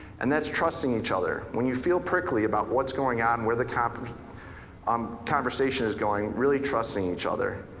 and that's trusting each other. when you feel prickly about what's going on, where the conversation um conversation is going, really trusting each other.